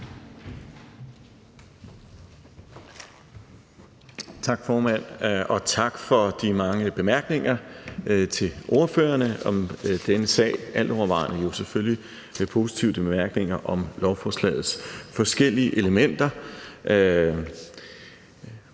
tak til ordførerne for de mange bemærkninger om denne sag. Altovervejende er det jo selvfølgelig positive bemærkninger om lovforslagets forskellige elementer.